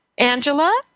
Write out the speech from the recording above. Angela